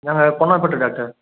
நான் கோனார்பேட்டை டாக்டர்